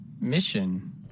mission